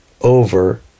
over